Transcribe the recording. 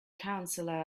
counselor